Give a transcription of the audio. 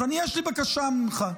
אז יש לי בקשה ממך: